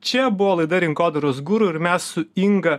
čia buvo laida rinkodaros guru ir mes su inga